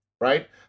right